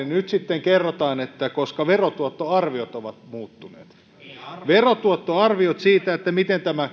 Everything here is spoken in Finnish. nyt sitten kerrotaan että koska verotuottoarviot ovat muuttuneet verotuottoarviot siitä miten tämä